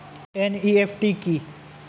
NEFT কি?